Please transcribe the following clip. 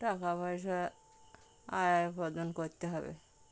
টাকা পয়সা আয় উপার্জন করতে হবে